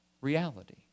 reality